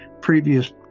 previous